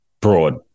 broad